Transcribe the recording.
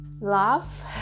love